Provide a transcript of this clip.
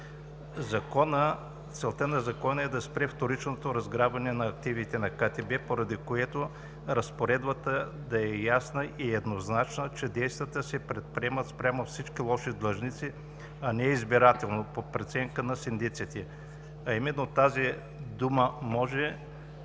Целта на Закона е да спре вторичното разграбване на активите на КТБ, поради което разпоредбата да е ясна и еднозначна, че действията се предприемат спрямо всички лоши длъжници, а не избирателно по преценка на синдиците. Именно тази дума „може“